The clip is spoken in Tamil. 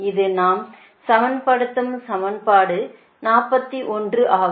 இது நாம் சமன்படுத்தும் சமன்பாடு 41 ஆகும்